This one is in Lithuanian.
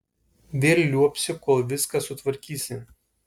vėl liuobsi kol viską sutvarkysi